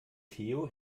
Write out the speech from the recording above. theo